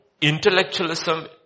intellectualism